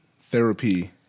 therapy